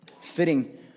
fitting